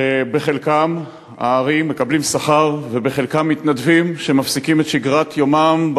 שחלק הארי שלהם מקבלים שכר וחלקם מתנדבים שמפסיקים את שגרת יומם,